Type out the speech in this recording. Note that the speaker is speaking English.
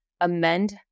amend